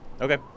Okay